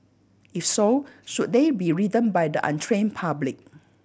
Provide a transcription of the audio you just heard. if so should they be ridden by the untrained public